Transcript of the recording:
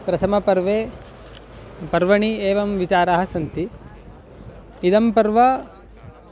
प्रथमपर्वे पर्वणि एवं विचाराः सन्ति इदं पर्व